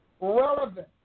relevant